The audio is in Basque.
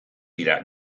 dira